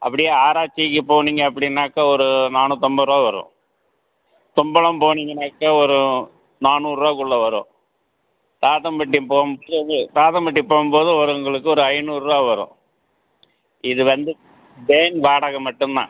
அப்படியே ஆராத்திக்கு போனீங்க அப்படின்னாக்க ஒரு நானூற்றைம்பது ரூபா வரும் தும்பலம் போனீங்கன்னாக்க ஒரு நானூறுரூவாக்குள்ள வரும் பாதம்பட்டி போகும் போது பாதம்பட்டி போகும் போது ஒரு உங்களுக்கு ஒரு ஐந்நூறுரூவா வரும் இது வந்து வேன் வாடகை மட்டும் தான்